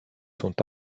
sont